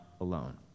alone